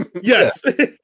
Yes